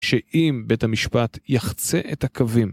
שאם בית המשפט יחצה את הקווים.